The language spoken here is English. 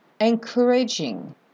encouraging